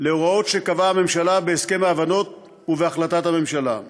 להוראות שקבעה הממשלה בהסכם ההבנות ובהחלטת הממשלה.